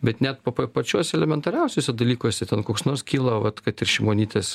bet net pačiuose elementariausiuose dalykuose ten koks nors kilo vat kad ir šimonytės